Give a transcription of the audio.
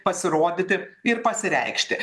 pasirodyti ir pasireikšti